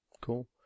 Cool